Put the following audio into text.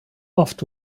oft